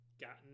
gotten